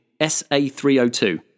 SA302